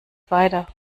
weiter